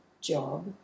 job